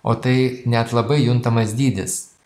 o tai net labai juntamas dydis